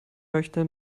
möchte